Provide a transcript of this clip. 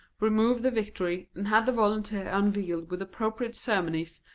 removed the victory, and had the volunteer unveiled with appropriate ceremonies,